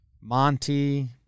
Monty